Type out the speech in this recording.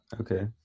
Okay